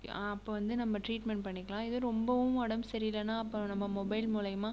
அப்போ வந்து நம்ப ட்ரீட்மென்ட் பண்ணிக்கலாம் இதே ரொம்பவும் உடம்பு சரியில்லைன்னா அப்புறம் நம்ம மொபைல் மூலிமா